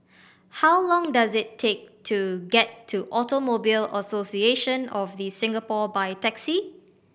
how long does it take to get to Automobile Association of The Singapore by taxi